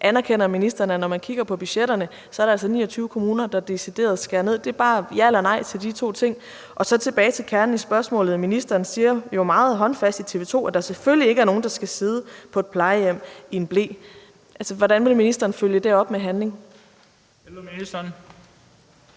Anerkender ministeren, at når man kigger på budgetterne, er der altså 29 kommuner, der decideret skærer ned? Det er bare et ja eller nej til de to ting. Så tilbage til kernen i spørgsmålet. Ministeren siger jo meget håndfast i TV 2, at der selvfølgelig ikke er nogen, der skal sidde på et plejehjem i en ble. Hvordan vil ministeren følge det op med handling?